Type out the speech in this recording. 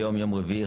היום יום רביעי,